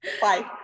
Bye